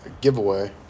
giveaway